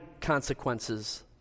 consequences